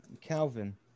Calvin